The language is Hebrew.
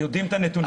יודעים את הנתונים.